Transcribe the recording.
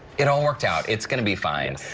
it all worked out. it's going to be fine.